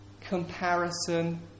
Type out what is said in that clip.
comparison